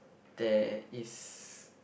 there is